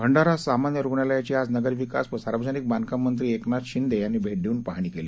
भंडारासामान्यरुग्णालयाचीआजनगरविकासवसार्वजनिकबांधकाममंत्रीएकनाथशिंदेयांनी भेटदेवूनपाहणीकेली